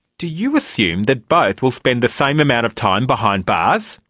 do you assume that both will spend the same amount of time behind bars?